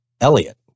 Elliot